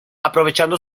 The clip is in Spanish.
aprovechando